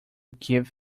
give